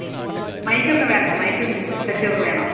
mic ഒക്കെ വേണോ മൈക്കും സെറ്റുമൊക്കെ വേണോ